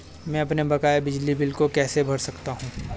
मैं अपने बकाया बिजली बिल को कैसे भर सकता हूँ?